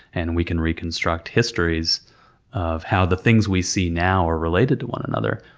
and we can reconstruct histories of how the things we see now are related to one another.